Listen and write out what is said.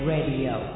Radio